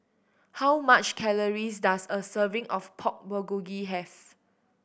how much calories does a serving of Pork Bulgogi have